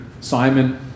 Simon